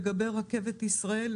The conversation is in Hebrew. לגבי רכבת ישראל,